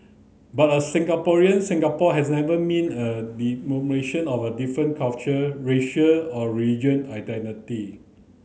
but a Singaporean Singapore has never meant a diminution of our different culture racial or religion identity